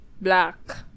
black